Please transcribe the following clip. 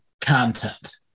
content